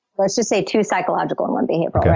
let's just say, two psychological and one behavioral.